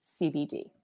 CBD